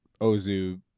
Ozu